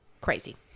crazy